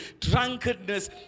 drunkenness